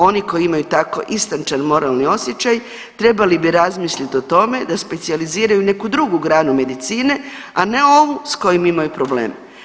Oni koji imaju tako istančan moralni osjećaj trebali bi razmislit o tome da specijaliziraju neku drugu granu medicine, a ne ovu s kojom imaju problem.